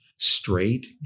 straight